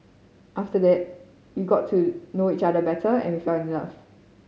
after that we got to know each other better and we fell in love